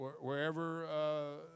wherever